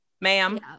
ma'am